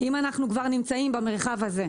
אם אנחנו כבר נמצאים במרחב הזה,